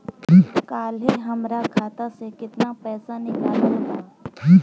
काल्हे हमार खाता से केतना पैसा निकलल बा?